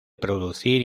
producir